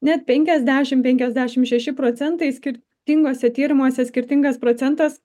net penkiasdešim penkiasdešim šeši procentai skirtinguose tyrimuose skirtingas procentas